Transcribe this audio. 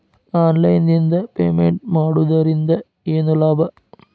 Online ನಿಂದ payment ಮಾಡುವುದರಿಂದ ಏನು ಲಾಭ?